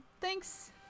thanks